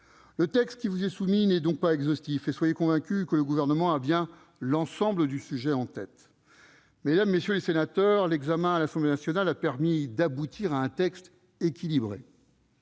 Le texte qui vous est soumis n'est pas exhaustif, et soyez convaincus que le Gouvernement a bien l'ensemble du sujet en tête. Mesdames, messieurs les sénateurs, l'examen à l'Assemblée nationale a permis d'aboutir à un texte équilibré.